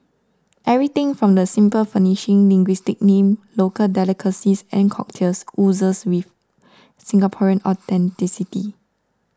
everything from the simple furnishing linguistic name local delicacies and cocktails oozes with Singaporean authenticity